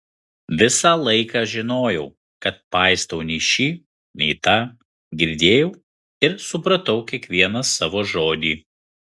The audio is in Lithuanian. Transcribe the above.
visą laiką žinojau kad paistau nei šį nei tą girdėjau ir supratau kiekvieną savo žodį